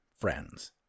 friends